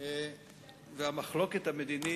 והמחלוקת המדינית